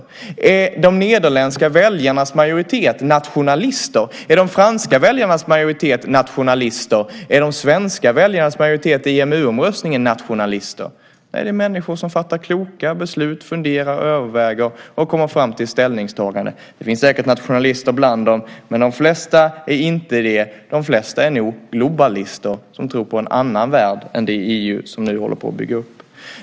Är de nederländska väljarnas majoritet nationalister? Är de franska väljarnas majoritet nationalister? Är de svenska väljarnas majoritet i EMU-omröstningen nationalister? Nej, det är människor som fattar kloka beslut, funderar, överväger och kommer fram till ett ställningstagande. Det finns säkert nationalister bland dem, men de flesta är inte det. De flesta är nog globalister som tror på en annan värld än det EU som nu håller på att byggas upp.